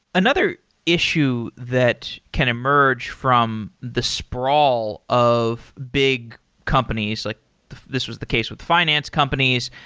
another issue that can emerge from the sprawl of big companies, like this was the case with finance companies.